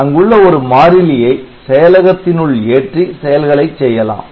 அங்குள்ள ஒரு மாறிலியை செயலகத்தினுள் ஏற்றி செயல்களைச் செய்யலாம்